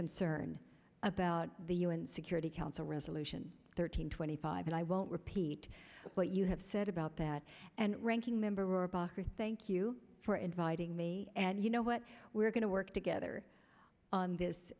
concern about the u n security council resolution thirteen twenty five and i won't repeat what you have said about that and ranking member or boxer thank you for inviting me and you know what we're going to work together on this